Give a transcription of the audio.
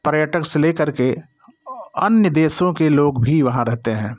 पर्यटक से लेकर के अन्य देशों के लोग भी वहाँ रहते हैं